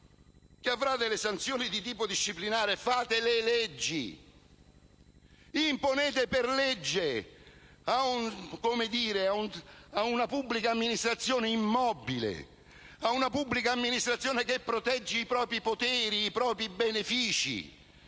che avrà delle sanzioni di tipo disciplinare. Ma fate le leggi! Imponete per legge a una pubblica amministrazione immobile, a una pubblica amministrazione che protegge i propri poteri e i propri benefici